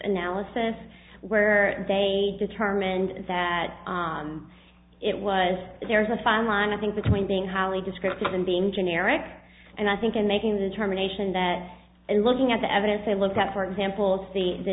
analysis where they determined that it was there is a fine line i think between being highly descriptive and being generic and i think in making the determination that in looking at the evidence they looked at for example see the